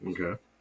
Okay